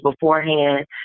beforehand